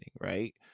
right